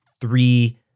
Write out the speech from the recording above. three